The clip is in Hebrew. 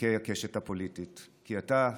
חלקי הקשת הפוליטית, כי אתה,